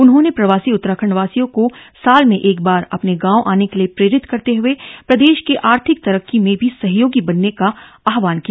उन्होंने प्रवासी उत्तराखण्डवासियों को साल में एक बार अपने गांव आने के लिए प्रेरित करते हुए प्रदेश के आर्थिक तरक्की में भी सहयोगी बनने का आहवान किया